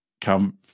come